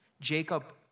Jacob